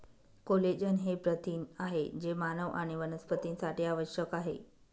collagen हे प्रथिन आहे जे मानव आणि वनस्पतींसाठी आवश्यक आहे